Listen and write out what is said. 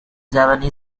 javanese